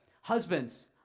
husbands